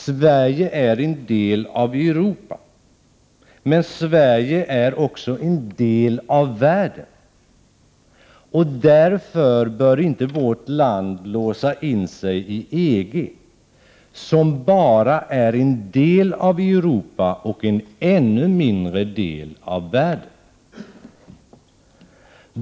Sverige är en del av Europa, men Sverige är också en del av världen. Därför bör inte vårt land låsa in sig i EG, som bara är en del av Europa och en ännu mindre del av världen.